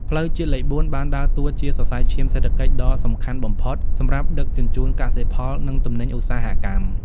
ផ្លូវជាតិលេខ ៤ បានដើរតួជាសរសៃឈាមសេដ្ឋកិច្ចដ៏សំខាន់បំផុតសម្រាប់ដឹកជញ្ជូនកសិផល និងទំនិញឧស្សាហកម្ម។